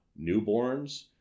newborns